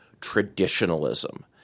traditionalism